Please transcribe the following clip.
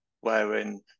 wherein